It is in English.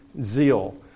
zeal